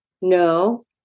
no